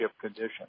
condition